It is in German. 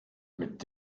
mit